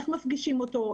איך מפגישים אותו,